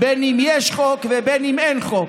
בין שיש חוק ובין שאין חוק.